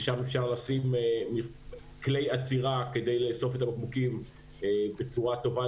ששם אפשר לשים כלי אצירה כדי לאסוף את הבקבוקים בצורה טובה